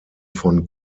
von